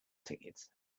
tickets